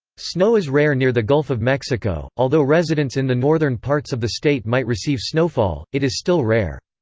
snow is rare near the gulf of mexico, although residents in the northern parts of the state might receive snowfall, it is still rare.